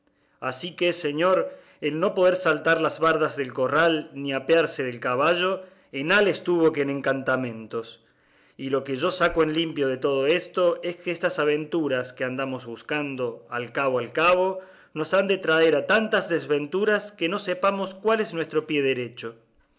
así que señor el no poder saltar las bardas del corral ni apearse del caballo en ál estuvo que en encantamentos y lo que yo saco en limpio de todo esto es que estas aventuras que andamos buscando al cabo al cabo nos han de traer a tantas desventuras que no sepamos cuál es nuestro pie derecho